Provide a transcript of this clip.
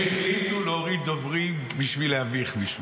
הם החליטו להוריד דוברים בשביל להביך מישהו,